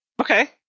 Okay